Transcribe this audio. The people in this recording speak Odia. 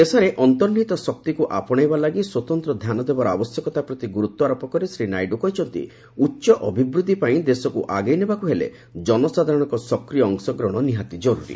ଦେଶରେ ଅନ୍ତର୍ନିହିତ ଶକ୍ତିକୁ ଆପଶେଇବା ଲାଗି ସ୍ୱତନ୍ତ୍ର ଧ୍ୟାନ ଦେବାର ଆବଶ୍ୟକତା ପ୍ରତି ଗୁରୁତ୍ୱାରୋପ କରି ଶ୍ରୀ ନାଇଡୁ କହିଛନ୍ତି ଉଚ୍ଚ ଅଭିବୃଦ୍ଧି ପାଇଁ ଦେଶକ୍ତ ଆଗେଇ ନେବାକୁ ହେଲେ ଜନସାଧାରଣଙ୍କ ସକ୍ରିୟ ଅଂଶଗ୍ରହଣ ନିହାତି ଜର୍ରରୀ